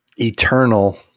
eternal